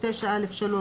9(א)(3),